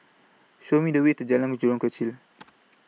Show Me The Way to Jalan Jurong Kechil